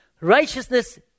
Righteousness